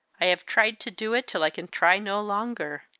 i have tried to do it till i can try no longer.